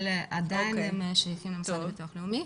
אבל עדיין הם שייכים למוסד לביטוח לאומי.